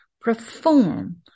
perform